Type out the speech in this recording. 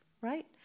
right